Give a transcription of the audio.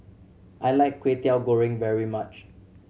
I like Kway Teow Goreng very much